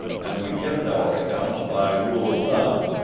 and we kept our accounts by rule of thumb.